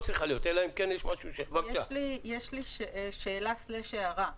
יש לי שאלה, הערה.